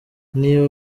niba